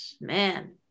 Man